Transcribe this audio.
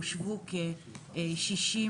הושבו כ-64